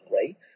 right